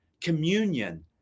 communion